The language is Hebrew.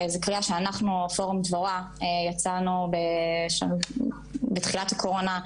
זה קריאה שאנחנו פורום דבורה יצאנו בתחילת הקורונה,